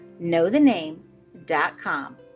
knowthename.com